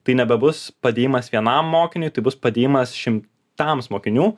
tai nebebus padėjimas vienam mokiniui tai bus padėjimas šimtams mokinių